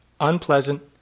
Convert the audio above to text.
unpleasant